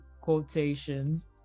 Quotations